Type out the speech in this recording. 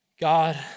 God